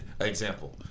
Example